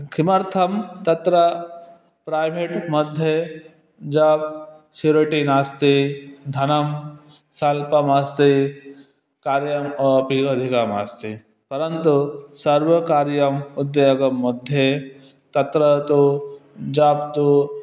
किमर्थं तत्र प्रैवेट् मध्ये जा स्यूरिटि नास्ति धनं स्वल्पम् अस्ति कार्यम् अपि अधिकमस्ति परन्तु सर्वकार्यम् उद्योगं मध्ये तत्र तु जातु